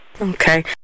Okay